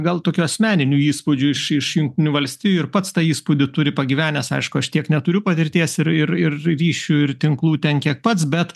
gal tokiu asmeniniu įspūdžiu iš iš jungtinių valstijų ir pats tą įspūdį turi pagyvenęs aišku aš tiek neturiu patirties ir ir ir ryšių ir tinklų ten kiek pats bet